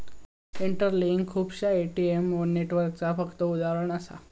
interlink खुपश्या ATM नेटवर्कचा फक्त उदाहरण असा